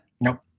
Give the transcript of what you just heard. Nope